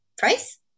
price